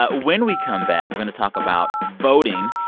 but when we come back, we're going to talk about voting.